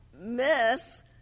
miss